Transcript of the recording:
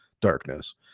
darkness